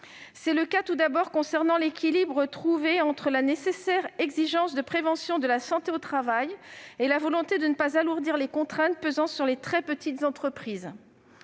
C'est le cas tout d'abord de l'équilibre trouvé entre la nécessaire exigence de prévention de la santé au travail et la volonté de ne pas alourdir les contraintes pesant sur les très petites entreprises.